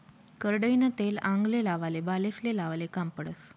करडईनं तेल आंगले लावाले, बालेस्ले लावाले काम पडस